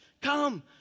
Come